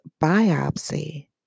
biopsy